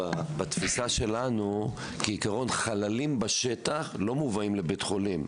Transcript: בתפיסה שלנו חללים בשטח כעיקרון לא מובאים לבית חולים.